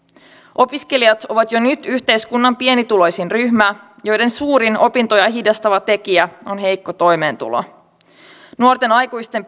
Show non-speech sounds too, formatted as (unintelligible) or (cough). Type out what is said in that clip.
opiskelijat ovat jo nyt yhteiskunnan pienituloisin ryhmä ja heidän suurin opintoja hidastava tekijä on heikko toimeentulo nuorten aikuisten (unintelligible)